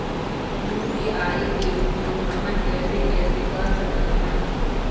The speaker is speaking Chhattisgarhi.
यू.पी.आई के उपयोग हमन कैसे कैसे कर सकत हन?